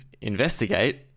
investigate